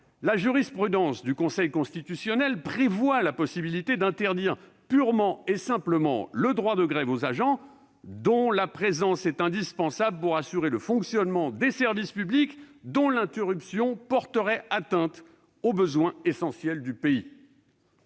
la jurisprudence du Conseil constitutionnel prévoit la possibilité d'interdire purement et simplement le droit de grève aux agents « dont la présence est indispensable pour assurer le fonctionnement des services publics dont l'interruption porterait atteinte aux besoins essentiels du pays